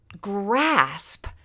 grasp